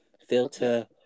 filter